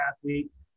athletes